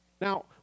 Now